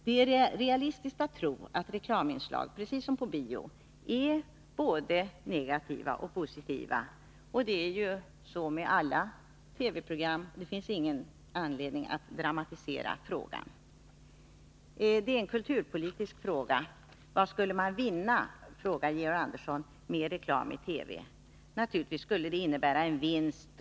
Det är realistiskt att tro att reklaminslag precis som på bio är både positiva och negativa. Så är det ju med alla TV-program, och det finns ingen anledning att dramatisera frågan. Detta är en kulturpolitisk fråga. Vad skulle man vinna med reklam i TV? frågar Georg Andersson. Naturligtvis skulle det innebära vinst.